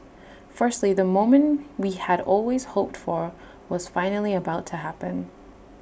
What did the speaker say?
firstly the moment we had always hoped for was finally about to happen